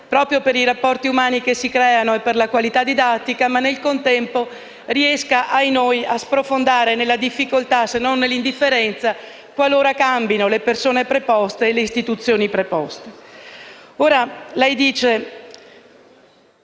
proprio per i rapporti umani che si creano e per la qualità didattica, ma, nel contempo riesca - ahinoi - a sprofondare nella difficoltà, se non nell'indifferenza, qualora cambino le persone e le istituzioni preposte.